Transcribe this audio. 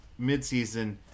midseason